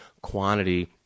quantity